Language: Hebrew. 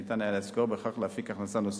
נחשבת נכס שהיה אפשר להשכירו וכך להפיק הכנסה נוספת.